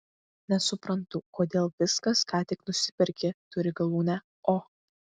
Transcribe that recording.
nesuprantu kodėl viskas ką tik nusiperki turi galūnę o